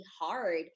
hard